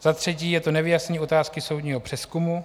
Za třetí je to nevyjasnění otázky soudního přezkumu.